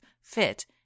fit